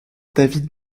david